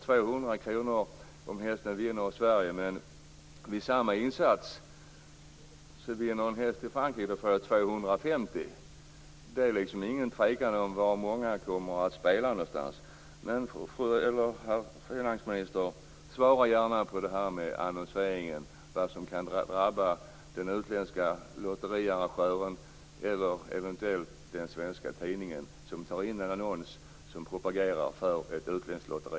Sverige om hästen vinner, och om man vid samma insats kan få 250 kr om man spelar på en häst i Frankrike är det ingen tvekan om var många kommer att spela någonstans. Men, finansministern, svara gärna på min fråga om annonseringen, när det gäller vem som drabbas. Är det den utländska lotteriarrangören eller den svenska tidning som publicerar en annons som propagerar för ett utländskt lotteri?